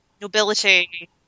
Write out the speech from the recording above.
nobility